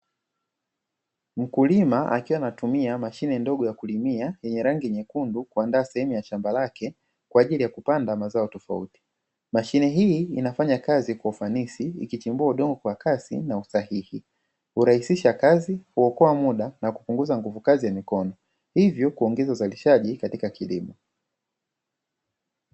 Mkulima akiwa anatumia mashine ndogo ya kulimia yenye rangi nyekundu kuandaa sehemu ya shamba lake kwa ajili ya kupanda mazao tofauti, mashine hii inafanya kazi kwa ufanisi ikichimbua udongo kwa kasi na usahihi, huraisisha kazi kuokoa muda na kupunguza mikono hivyo kuongeza uzalishaji katika kilimo.